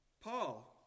Paul